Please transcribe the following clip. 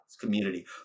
community